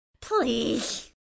Please